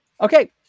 Okay